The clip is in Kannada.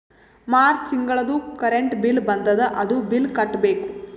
ಮಾರ್ಚ್ ತಿಂಗಳದೂ ಕರೆಂಟ್ ಬಿಲ್ ಬಂದದ, ಅದೂ ಬಿಲ್ ಕಟ್ಟಬೇಕ್